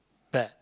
bad